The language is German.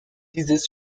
dieses